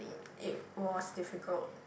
it was difficult